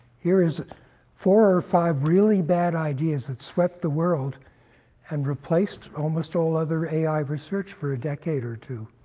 here is four or five really bad ideas that swept the world and replaced almost all other ai research for a decade or two.